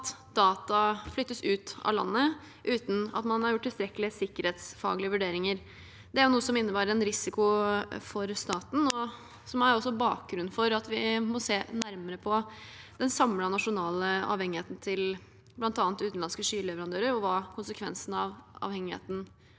at data flyttes ut av landet uten at man har gjort tilstrekkelige sikkerhetsfaglige vurderinger. Det er noe som innebærer en risiko for staten, og det er også bakgrunnen for at vi må se nærmere på den samlede nasjonale avhengigheten av bl.a. utenlandske skyleverandører og hva konsekvensen av avhengigheten kan